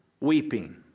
weeping